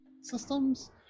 systems